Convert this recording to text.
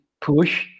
push